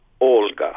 Olga